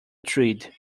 tread